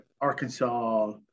Arkansas